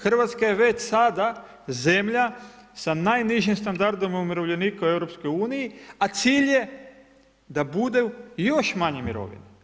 Hrvatska je već sada zemlja sa najnižim standardom umirovljenika u EU, a cilj je da budu još manje mirovine.